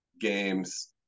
games